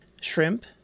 shrimp